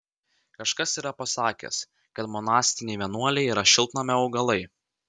kažkas yra pasakęs kad monastiniai vienuoliai yra šiltnamio augalai